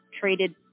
traded